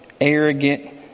arrogant